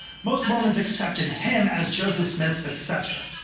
most mormons accepted him as joseph smith's successor.